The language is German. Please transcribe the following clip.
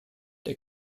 der